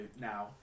now